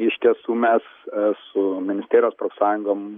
iš tiesų mes su ministerijos profsąjungom